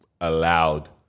allowed